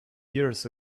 years